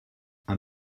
and